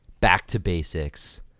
back-to-basics